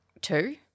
two